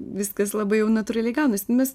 viskas labai jau natūraliai gaunas mes